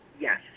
Yes